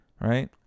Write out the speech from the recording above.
Right